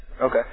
Okay